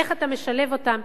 איך אתה משלב אותם,